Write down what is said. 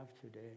today